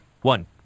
One